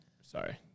sorry